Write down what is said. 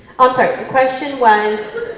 i'm sorry, the question was.